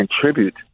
contribute